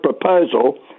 proposal